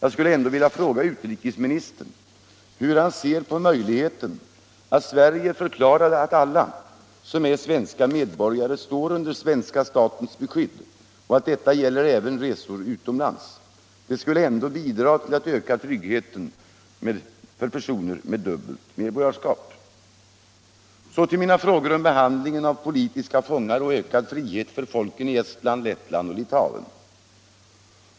Jag skulle ändock vilja fråga utrikesministern hur han ser på möj» —— ligheten att Sverige förklarade att alla som är svenska medborgare står. Om ökad frihet för under svenska statens beskydd och att detta även gäller under resor ut = de baltiska folken, omlands. Det skulle ändå bidra till att öka tryggheten för personer med = m.m. dubbelt medborgarskap. Så till mina frågor om behandlingen av politiska fångar och om ökad frihet för folken i Estland, Lettland och Litauen.